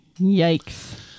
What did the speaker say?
Yikes